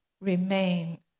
remain